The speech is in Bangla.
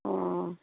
ও